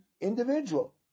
individual